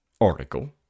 article